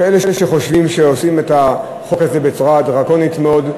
כאלה שחושבים שעושים את החוק הזה בצורה דרקונית מאוד,